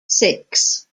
six